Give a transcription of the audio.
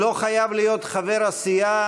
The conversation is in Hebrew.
זה לא חייב להיות חבר הסיעה